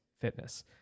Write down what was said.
fitness